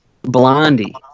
Blondie